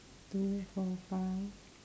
two four five